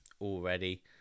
already